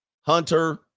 Hunter